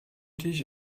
tisch